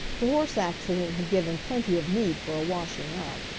the horse accident had given plenty of need for a washing up.